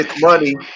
money